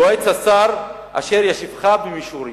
יועץ השר, אשר ישיבך במישרין.